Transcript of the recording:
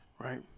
right